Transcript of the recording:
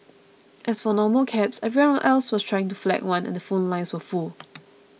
as for normal cabs everyone else was trying to flag one and the phone lines were full